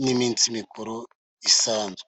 n' iminsi mikuru isanzwe.